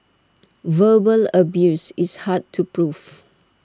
verbal abuse is hard to proof